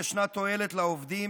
קודם כול, יש תועלת לעובדים